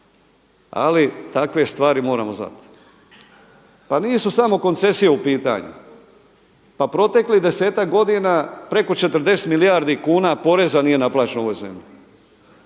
ali takve stvari moramo znati. Pa nisu samo koncesije u pitanju, pa proteklih desetak godina preko 40 milijardi kuna poreza nije naplaćeno u ovoj zemlji.